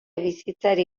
bizitzari